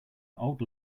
old